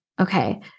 Okay